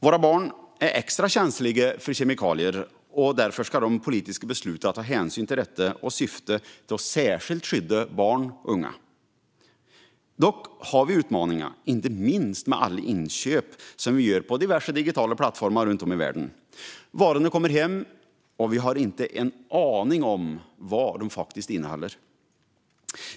Våra barn är extra känsliga för kemikalier, och därför ska de politiska besluten ta hänsyn till detta och syfta till att särskilt skydda barn och unga. Dock har vi utmaningar, inte minst med alla inköp vi gör på diverse digitala plattformar runt om i världen. Varorna kommer hem till oss utan att vi har en aning om vad de faktiskt innehåller.